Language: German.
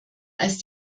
als